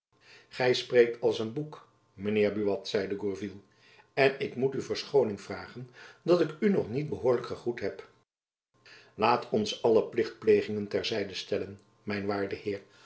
gy spreekt als een boek mijn heer buat zeide gourville en ik moet u verschooning vragen dat ik u nog niet behoorlijk gegroet heb laat ons alle plichtplegingen ter zijde stellen mijn waarde heer